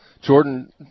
Jordan